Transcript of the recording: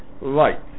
Right